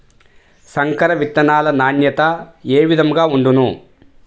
సంకర విత్తనాల నాణ్యత ఏ విధముగా ఉండును?